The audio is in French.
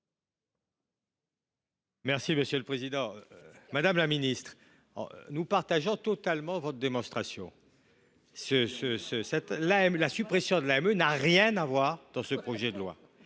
explication de vote. Madame la ministre, nous partageons totalement votre démonstration : la suppression de l’AME n’a rien à voir avec ce projet de loi.